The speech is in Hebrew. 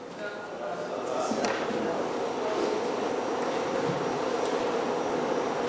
ההצעה להעביר את הצעת חוק שכר שווה לעובדת ולעובד (תיקון מס' 3)